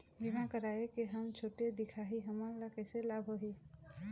बीमा कराए के हम छोटे दिखाही हमन ला कैसे लाभ होही?